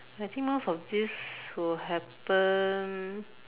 I think most of this will happen